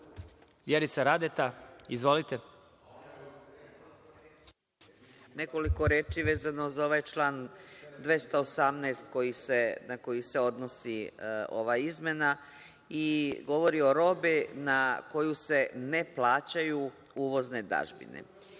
**Vjerica Radeta** Nekoliko reči vezano za ovaj član 218. na koji se odnosi ova izmena i govori o robi na koju se ne plaćaju uvozne dažbine. Pitanje